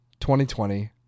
2020